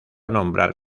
nombrar